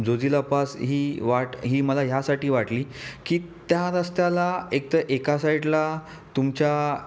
Zojila pass ही वाट ही मला ह्यासाठी वाटली की त्या रस्त्याला एक तर एका साइडला तुमच्या